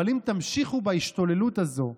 אבל אם תמשיכו בהשתוללות הזו,